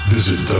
Visit